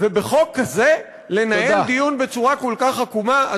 בחוק כזה לנהל דיון בצורה כל כך עקומה?